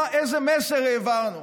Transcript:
איזה מסר העברנו?